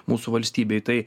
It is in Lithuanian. mūsų valstybei tai